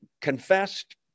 confessed